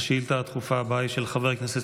השאילתה הדחופה הבאה היא של חבר הכנסת